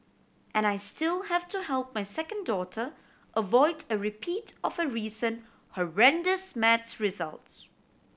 and I still have to help my second daughter avoid a repeat of her recent horrendous maths results